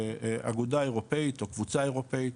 אגודה אירופאית או קבוצה אירופאית